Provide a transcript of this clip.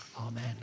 Amen